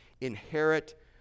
inherit